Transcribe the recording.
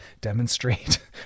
demonstrate